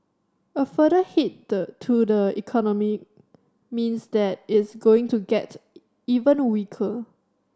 a further hit to the economy means that it's going to get even weaker